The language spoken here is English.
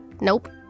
Nope